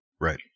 Right